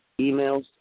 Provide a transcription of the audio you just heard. emails